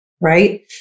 right